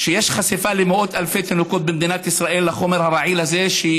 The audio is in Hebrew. שיש חשיפה של מאות אלפי תינוקות במדינת ישראל לחומר הרעיל הזה,